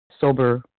sober